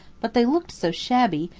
but they looked so shabby,